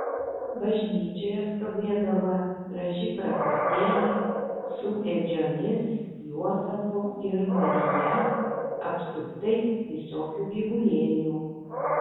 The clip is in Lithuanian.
bažnyčioje stovėdavo graži prakartėlė su ėdžiomis juozapu ir marija apsuptais visokių gyvulėlių